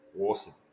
Awesome